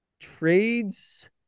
trades